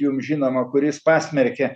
jum žinoma kuris pasmerkė